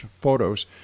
photos